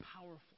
powerful